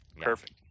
perfect